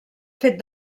fet